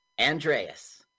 Andreas